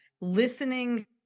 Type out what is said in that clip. Listening